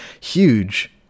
Huge